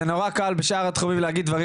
זה נורא קל בשאר התחומים להגיד דברים